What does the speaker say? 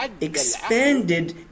expanded